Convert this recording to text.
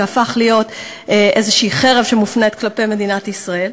שהפך להיות איזושהי חרב שמופנית כלפי מדינת ישראל.